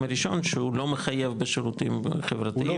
הראשון שהוא לא מחייב בשירותים חברתיים.